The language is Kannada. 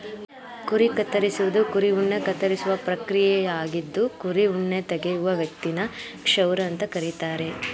ಕುರಿ ಕತ್ತರಿಸುವುದು ಕುರಿ ಉಣ್ಣೆ ಕತ್ತರಿಸುವ ಪ್ರಕ್ರಿಯೆಯಾಗಿದ್ದು ಕುರಿ ಉಣ್ಣೆ ತೆಗೆಯುವ ವ್ಯಕ್ತಿನ ಕ್ಷೌರ ಅಂತ ಕರೀತಾರೆ